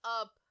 up